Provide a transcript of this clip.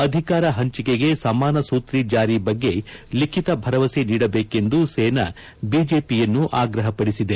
ಅಧಿಕಾರ ಪಂಚಿಕೆಗೆ ಸಮಾನ ಸೂತ್ರ ಜಾರಿ ಬಗ್ಗೆ ಲಿಖಿತ ಭರವಸೆ ನೀಡಬೇಕೆಂದು ಸೇನಾ ಬಿಜೆಪಿಯನ್ನು ಆಗ್ರಪ ಪಡಿಸಿದೆ